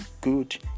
good